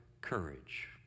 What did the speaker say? courage